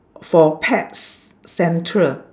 for pets central